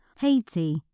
Haiti